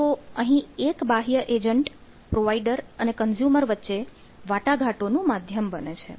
તો અહીં એક બાહ્ય એજન્ટ પ્રોવાઇડર અને કન્ઝ્યુમર વચ્ચે વાટાઘાટો નું માધ્યમ બને છે